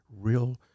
real